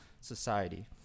society